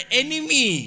enemy